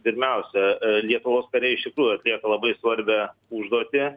pirmiausia lietuvos kariai iš tikrųjų atlieka labai svarbią užduotį